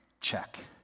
check